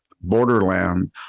borderland